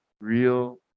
real